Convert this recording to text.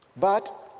but,